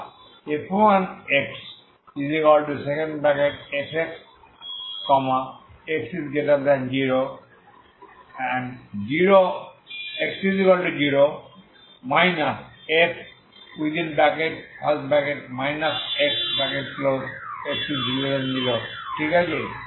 যা f1xfx x0 0 x0 f x x0 ঠিক আছে